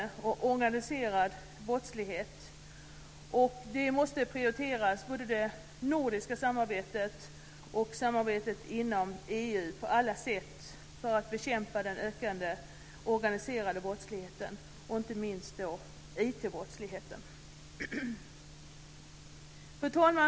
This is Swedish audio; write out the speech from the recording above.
Både det nordiska samarbetet och samarbetet inom EU måste prioriteras på alla sätt för att man ska kunna bekämpa den ökande organiserade brottsligheten, inte minst IT brottsligheten. Fru talman!